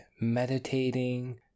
meditating